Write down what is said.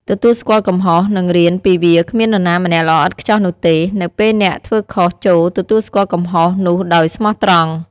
ទទួលស្គាល់កំហុស និងរៀនពីវាគ្មាននរណាម្នាក់ល្អឥតខ្ចោះនោះទេ។ នៅពេលអ្នក ធ្វើខុស ចូរ ទទួលស្គាល់កំហុស នោះដោយស្មោះត្រង់ ។